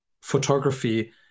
photography